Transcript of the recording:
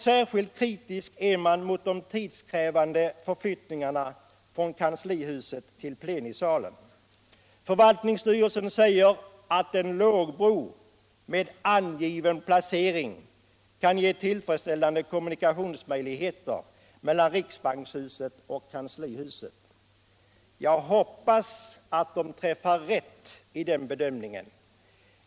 Särskilt kritisk är man mot de tidskrävande förflyttningarna från kanslihuset till plenisalen. Förvaltningsstyrelsen säger att en lågbro med angiven placering kan ge twillfredsställande kommunikationsmöjligheter mellan riksbankshuset och kanslihuset. Jag hoppas att de träffar rätt i den bedömningen.